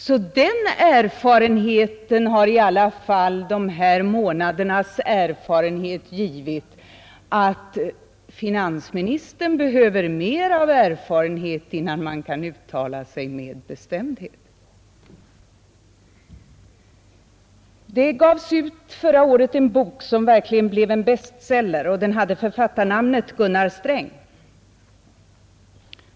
Men den erfarenheten har ändå dessa månader givit, att finansministern behöver mera erfarenhet för att uttala sig med bestämdhet. Förra året utgavs en bok, som verkligen blev en bestseller, och den hade författarnamnet Gunnar Sträng.